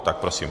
Tak prosím.